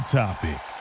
topic